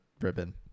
ribbon